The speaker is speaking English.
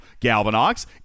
Galvanox